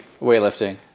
Weightlifting